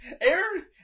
Aaron